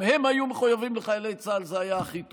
אם הם היו מחויבים לחיילי צה"ל, זה היה הכי טוב,